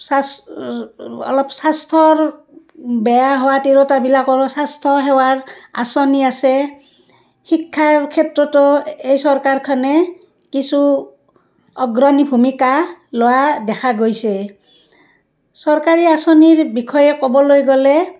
চাচ্ অলপ স্বাস্থ্যৰ বেয়া হোৱা তিৰোতাবিলাকৰো স্বাস্থ্যসেৱাৰ আঁচনি আছে শিক্ষাৰ ক্ষেত্ৰতো এই চৰকাৰখনে কিছু অগ্ৰণী ভূমিকা লোৱা দেখা গৈছে চৰকাৰী আঁচনিৰ বিষয়ে ক'বলৈ গ'লে